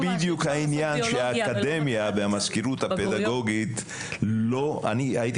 בדיוק העניין שהאקדמיה והמזכירות הפדגוגית לא אני הייתי